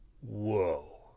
Whoa